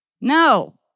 No